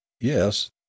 yes